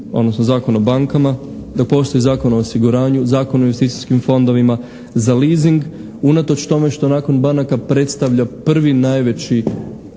odnosno Zakon o bankama, dok postoji Zakon o osiguranju, Zakon o investicijskim fondovima za leasing unatoč tome što nakon banaka predstavlja prvi najveći